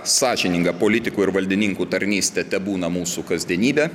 sąžininga politikų ir valdininkų tarnystė tebūna mūsų kasdienybe